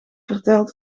verteld